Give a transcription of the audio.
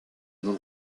nom